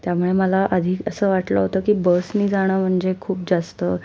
त्यामुळे मला आधी असं वाटलं होतं की बसने जाणं म्हणजे खूप जास्त